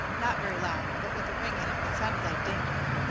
not very loud, but with a ring in it that sounded like danger.